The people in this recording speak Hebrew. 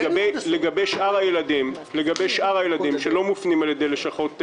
לגבי שאר הילדים שלא מופנים על ידי לשכות הרווחה,